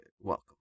Welcome